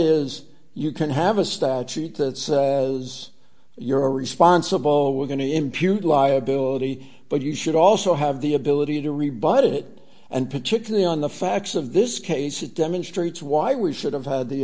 is you can have a statute that says you're responsible we're going to impute liability but you should also have the ability to rebut it and particularly on the facts of this case it demonstrates why we should have had the